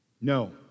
No